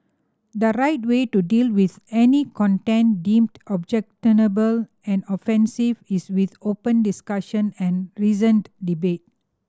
the right way to deal with any content deemed objectionable and offensive is with open discussion and reasoned debate